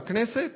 בכנסת,